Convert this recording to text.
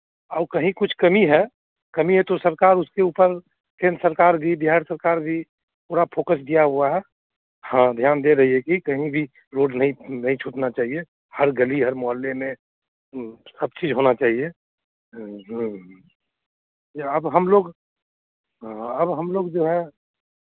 और कहीं कुछ कमी है कमी है तो सरकार उसके ऊपर केंद्र सरकार भी बिहार सरकार भी पूरा फोकस दिया हुआ है हाँ ध्यान दे रही है कि कहीं भी रोड नहीं छूटना चाहिए हर गली हर मोहल्ले में ह्म्म सब चीज़ होना चाहिए ह्म्म ह्म्म ये अब हम लोग हाँ अब हम लोग जो हैं